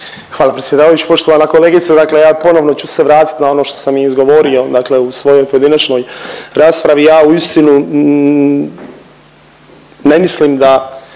Hvala predsjedavajući. Poštovana kolegice, dakle ja ponovno ću se vratiti na ono što sam i izgovorio, dakle u svojoj pojedinačnoj raspravi. Ja uistinu ne mislim da